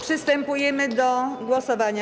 Przystępujemy do głosowania.